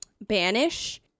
banish